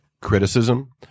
criticism